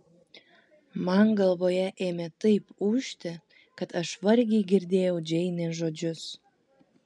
man galvoje ėmė taip ūžti kad aš vargiai girdėjau džeinės žodžius